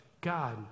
God